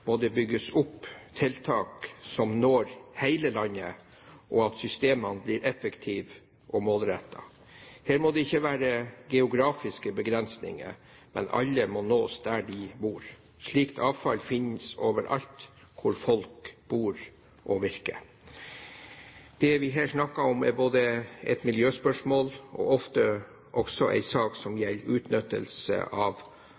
må det bygges opp tiltak som når hele landet, slik at systemene blir effektive og målrettede. Her må det ikke være geografiske begrensninger, men alle må nås der de bor. Slikt avfall finnes overalt hvor folk bor og virker. Det vi her snakker om, er både et miljøspørsmål og ofte også en sak som gjelder utnyttelse av